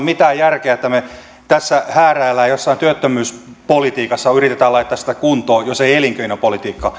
mitään järkeä että me tässä hääräilemme jossain työttömyyspolitiikassa ja yritämme laittaa sitä kuntoon jos ei elinkeinopolitiikka